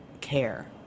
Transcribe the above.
care